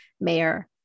mayor